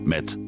Met